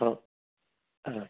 ਹਾਂ ਹਾਂ